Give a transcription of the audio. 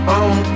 on